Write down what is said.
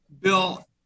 Bill